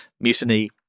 mutiny